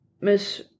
Miss